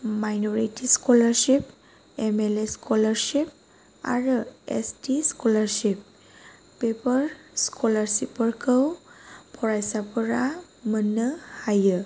minority scholarship M L A scholarship आरो S T scholarship बेफोर स्क'लारसिपफोरखौ फरायसाफोरा मोननो हायो